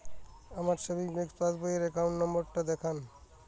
আমার সেভিংস পাসবই র অ্যাকাউন্ট নাম্বার টা দেখান?